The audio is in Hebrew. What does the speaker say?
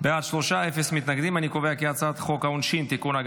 להעביר את הצעת חוק העונשין (תיקון,